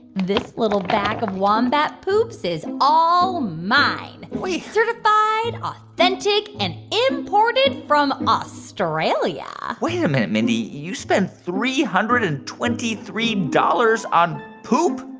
this little bag of wombat poops is all mine wait certified, authentic and imported from australia wait a minute, mindy. you spent three hundred and twenty three dollars on poop?